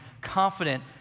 confident